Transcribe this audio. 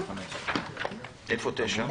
איפה (9)?